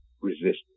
resist